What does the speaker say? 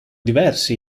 diversi